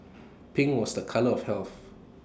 pink was the colour of health